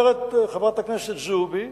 אומרת חברת הכנסת זועבי